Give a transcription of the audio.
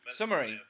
summary